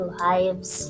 lives